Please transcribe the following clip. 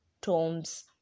tombs